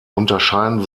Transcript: unterscheiden